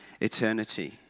eternity